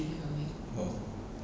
oh